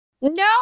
No